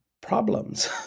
problems